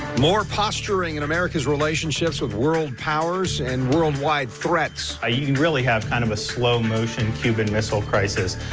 more posturing in america's relationships with world powers and worldwide threats. ah you and really have kind of a slow motion, cuban missile crisis.